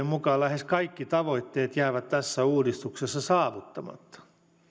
mukaan lähes kaikki tavoitteet jäävät tässä uudistuksessa saavuttamatta